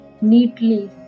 neatly